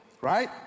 right